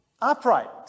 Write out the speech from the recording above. Upright